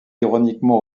ironiquement